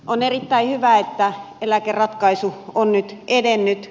on erittäin hyvä että eläkeratkaisu on nyt edennyt